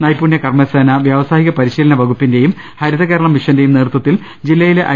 നൈപുണൃകർമ്മസേന വൃാവസായിക പരിശീലന വകുപ്പിന്റെയും ഹരിത കേരളം മിഷന്റെയും നേതൃത്വത്തിൽ ജില്ലയിലെ ഐ